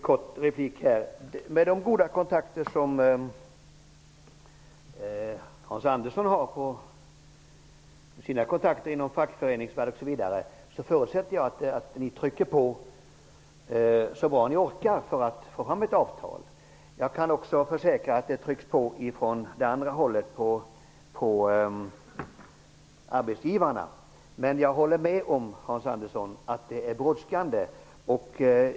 Herr talman! Med de goda kontakter som Hans Andersson har inom exempelvis fackföreningsvärlden, förutsätter jag att han trycker på så mycket som möjligt för att få fram ett avtal. Jag kan försäkra att det trycks på från det andra hållet, på arbetsgivarna. Men jag håller med om, Hans Andersson, att det är brådskande.